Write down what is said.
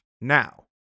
Now